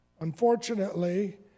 Unfortunately